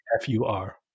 F-U-R